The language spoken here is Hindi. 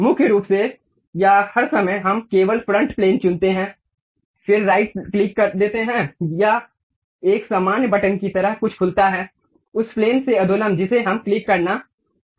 मुख्य रूप से या हर समय हम केवल फ्रंट प्लेन चुनते हैं फिर राइट क्लिक देते हैं यह एक सामान्य बटन की तरह कुछ खुलता है उस प्लेन से अधोलंब जिसे हमें क्लिक करना है